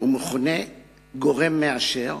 ומכונה "גורם מאשר"